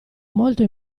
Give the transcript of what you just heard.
molto